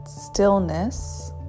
stillness